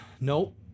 nope